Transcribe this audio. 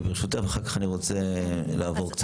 ברשותך, ואחר כך אני רוצה לעבור קצת.